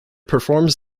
performs